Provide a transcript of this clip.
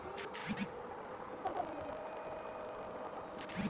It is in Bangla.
অলেক জমি জায়গা থাকা মালুস ল্যাল্ড ডেভেলপ্মেল্ট ব্যাংক থ্যাইকে টাকা ধার লিইতে পারি